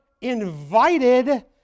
invited